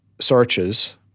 searches